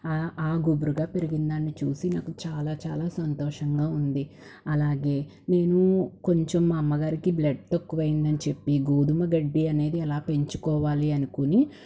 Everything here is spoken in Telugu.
ఆ గుబురుగా పెరిగిందాన్ని చూసి నాకు చాలా చాలా సంతోషంగా ఉంది అలాగే నేనూ కొంచెం మా అమ్మగారికి బ్లడ్ తక్కువయింది అని చెప్పి గోధుమ గడ్డి అనేది ఎలా పెంచుకోవాలి అనుకొని